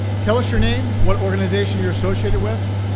tell us your name, what organization you're associated with.